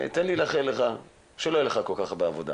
תן לי לאחל לך שלא יהיה לך כל כך הרבה עבודה